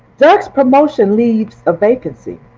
doug's promotion leaves a vacancy.